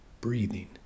breathing